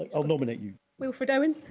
ah i'll nominate you. wilfred owen?